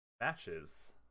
matches